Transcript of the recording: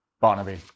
Barnaby